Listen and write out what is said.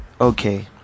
okay